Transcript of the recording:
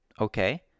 okay